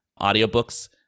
audiobooks